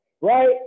right